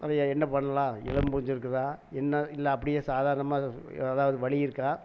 அதையே என்ன பண்ணலாம் எலும்பு முறிஞ்சிருக்குதா என்ன இல்லை அப்படியே சாதாரணமாக எதாவது வழி இருக்கா